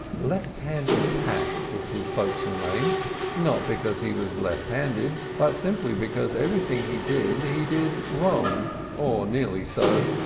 left-handed pat, was his fo'cs'le name not because he was left-handed, but simply because everything he did he did wrong or nearly so.